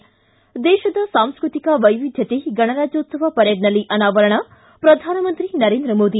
್ಲಿ ದೇಶದ ಸಾಂಸ್ಕೃತಿಕ ವೈವಿಧ್ಯತೆ ಗಣರಾಜ್ಯೋತ್ಸವ ಪರೇಡ್ನಲ್ಲಿ ಅನಾವರಣ ಪ್ರಧಾನಮಂತ್ರಿ ನರೇಂದ್ರ ಮೋದಿ